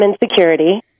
insecurity